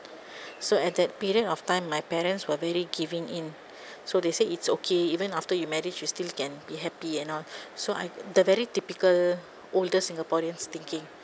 so at that period of time my parents were very giving in so they said it's okay even after you married you still can be happy and all so I the very typical older singaporeans thinking